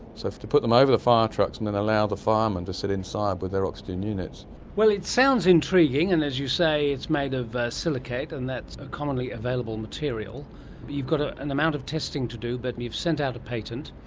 so to put them over the fire trucks and then allow the firemen to sit inside with their oxygen units. it sounds intriguing, and as you say it's made of silicate and that's a commonly available material, but you've got an and amount of testing to do but you've sent out a patent.